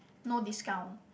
no discount